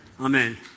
Amen